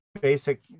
Basic